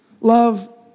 Love